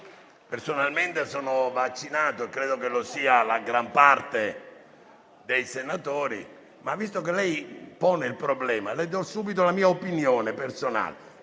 personalmente sono vaccinato e credo che lo sia gran parte dei senatori, ma, visto che pone il problema, le do subito la mia opinione personale: